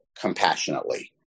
compassionately